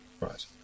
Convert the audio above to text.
right